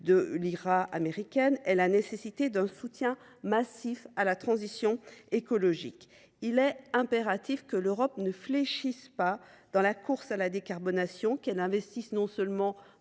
du programme américain (IRA) et la nécessité d’un soutien massif à la transition écologique. Il est impératif que l’Europe ne fléchisse pas dans la course à la décarbonation et que non seulement